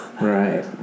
Right